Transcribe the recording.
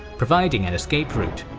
providing an escape route.